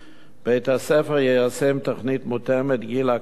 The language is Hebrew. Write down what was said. בית-הספר יישם תוכנית מותאמת גיל להקניית ידע,